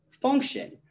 function